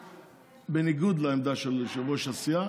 בניגוד לעמדה של יושב-ראש הסיעה,